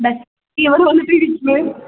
ഇവിടെ വന്നു തിരിച്ചു പോയി